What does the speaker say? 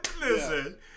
Listen